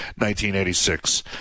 1986